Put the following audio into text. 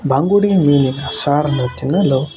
ಬಾಂಗುಡೆ ಮೀನಿನ ಸಾರನ್ನು ತಿನ್ನಲು